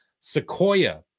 sequoia